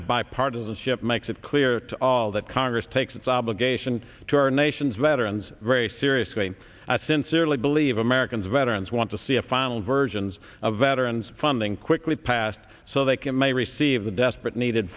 of bipartisanship makes it clear to all that congress takes its obligation to our nation's veterans very seriously i sincerely believe americans veterans want to see a final versions of veterans funding quickly passed so they can may receive the desperate needed